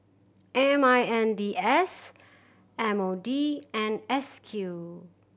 M I N D S M O D and S Q